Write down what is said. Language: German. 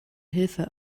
hilfe